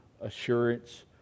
assurance